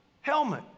helmet